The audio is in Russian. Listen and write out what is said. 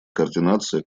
координация